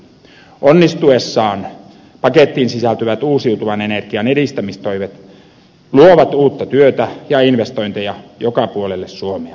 onnistuessaan pakettiin sisältyvät uusiutuvan energian edistämistoimet luovat uutta työtä ja investointeja joka puolelle suomea